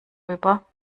rüber